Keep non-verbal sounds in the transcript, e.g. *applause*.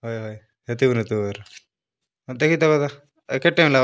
ହୋଏ ହୋଏ *unintelligible* ଆର୍ କେତେ ଟଙ୍କା *unintelligible*